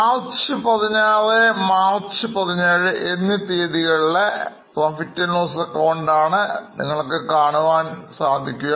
March 16 March 17 എന്നീ തീയതികളിലെ PL AC ആണ് നിങ്ങൾക്ക് കാണാൻ സാധിക്കുക